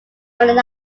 called